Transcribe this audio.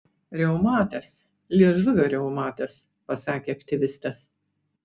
reumatas liežuvio reumatas pasakė aktyvistas